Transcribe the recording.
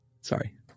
Sorry